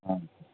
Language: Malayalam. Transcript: ആ